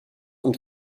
und